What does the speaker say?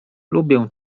lubię